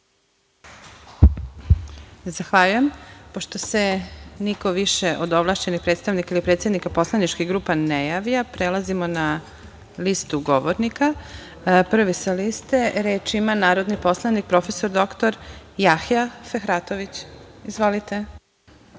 Zahvaljujem. Pošto se niko više od ovlašćenih predstavnika ili predsednika poslaničkih grupa ne javlja, prelazimo na listu govornika. Prvi sa liste reč ima narodni poslanik prof. dr Jahja Fehratović. Izvolite.